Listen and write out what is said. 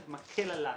זה מקל עלי,